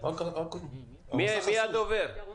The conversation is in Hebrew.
מי הדובר?